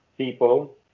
people